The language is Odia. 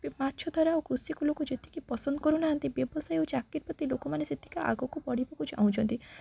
ମାଛ ଧରା ଓ କୃଷିକୁ ଲୋକ ଯେତିକି ପସନ୍ଦ କରୁନାହାନ୍ତି ବ୍ୟବସାୟ ଓ ଚାକିରୀ ପ୍ରତି ଲୋକମାନେ ସେତିକି ଆଗକୁ ବଢ଼ିବାକୁ ଚାହୁଁଛନ୍ତି